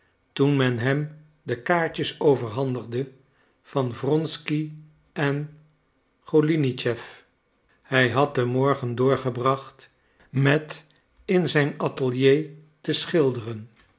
toen men hem de kaartjes overhandigde van wronsky en golinitschef hij had den morgen doorgebracht met in zijn atelier te schilderen